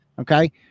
Okay